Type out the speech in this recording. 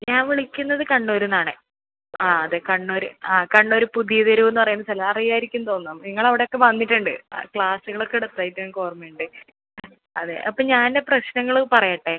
ഞാൻ വിളിക്കുന്നത് കണ്ണൂരിൽ നിന്നാണ് ആ അതെ കണ്ണൂർ ആ കണ്ണൂർ പുതിയതെരുവ് എന്ന് പറയുന്ന സ്ഥലം അറിയാരിക്കും എന്ന് തോന്നുന്നു നിങ്ങൾ അവിടെ ഒക്കെ വന്നിട്ടുണ്ട് ക്ളാസുകൾ ഒക്കെ എടുത്തതായിട്ട് ഞങ്ങൾക്ക് ഓർമ്മയുണ്ട് അതെ അപ്പോൾ ഞാൻ എൻ്റെ പ്രശ്നങ്ങൾ പറയട്ടേ